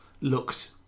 looked